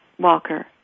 Walker